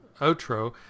outro